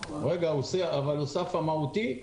הוסף "מהותי"?